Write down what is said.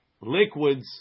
liquids